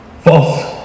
false